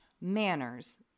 manners